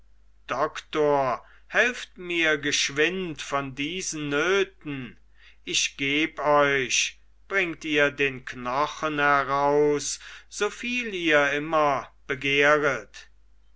doktor helft mir geschwind von diesen nöten ich geb euch bringt ihr den knochen heraus soviel ihr immer begehret